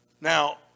Now